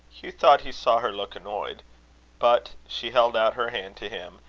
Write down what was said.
hugh thought he saw her look annoyed but she held out her hand to him,